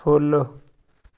follow